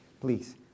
please